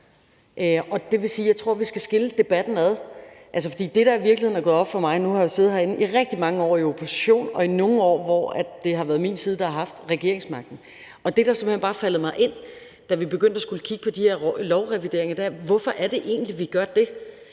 Jeg tror, at vi skal skille debatten ad. For der er i virkeligheden noget, der er gået op for mig – nu har jeg jo siddet herinde i rigtig mange år i opposition og i nogle år, hvor det har været min side, der har haft regeringsmagten – og det, der simpelt hen bare er faldet mig ind, da vi begyndte at skulle kigge på de her lovrevideringer, er: Hvorfor gør vi det egentlig?